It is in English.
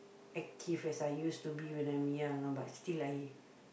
active as I used to be when I'm young ah but still I